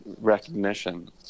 recognition